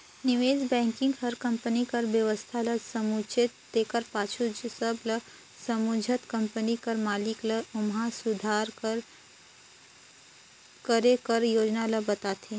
निवेस बेंकिग हर कंपनी कर बेवस्था ल समुझथे तेकर पाछू सब ल समुझत कंपनी कर मालिक ल ओम्हां सुधार करे कर योजना ल बताथे